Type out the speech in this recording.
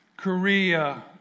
Korea